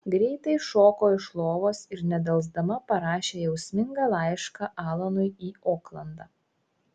greitai šoko iš lovos ir nedelsdama parašė jausmingą laišką alanui į oklandą